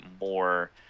more